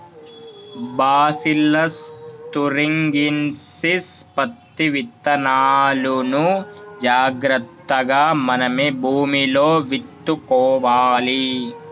bacillus thuringiensis పత్తి విత్తనాలును జాగ్రత్తగా మనమే భూమిలో విత్తుకోవాలి